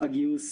הגיוס